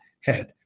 head